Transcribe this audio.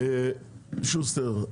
איפה שוסטר?